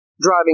driving